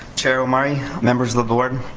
chair omari, members of the board,